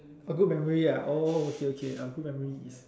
oh good memory ah oh okay okay uh good memories